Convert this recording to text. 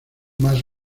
más